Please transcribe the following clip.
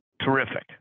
terrific